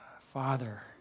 Father